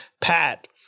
pat